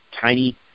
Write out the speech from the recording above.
tiny